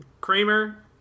Kramer